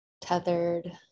tethered